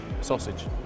sausage